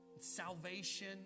salvation